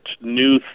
new